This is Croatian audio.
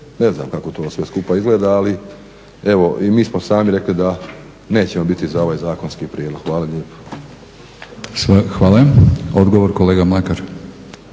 ne znam kako to sve skupa izgleda, ali evo i mi smo sami rekli da nećemo biti za ovaj zakonski prijedlog. Hvala lijepo. **Batinić,